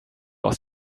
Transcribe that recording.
aus